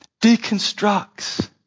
Deconstructs